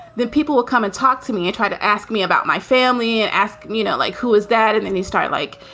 then people will come and talk to me. i try to ask me about my family and ask me, you know, like, who is that? and then you start, like,